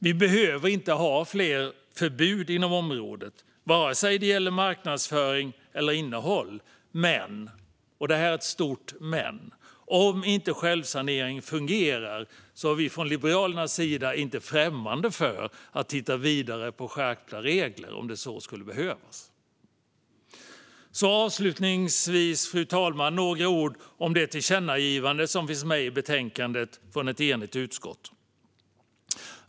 Vi behöver inte ha fler förbud inom området, vare sig det gäller marknadsföring eller innehåll. Men, och det är ett stort men, om inte självsanering fungerar är vi från Liberalernas sida inte främmande för att titta vidare på skärpta regler, om det så skulle behövas. Avslutningsvis, fru talman, ska jag säga några ord om det tillkännagivande som finns i betänkandet från ett enigt utskott.